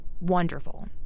wonderful